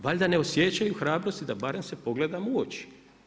Valjda ne osjećaju hrabrost da se barem se pogledamo u oči.